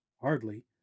Hardly